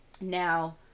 Now